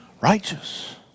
righteous